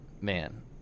man